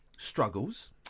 struggles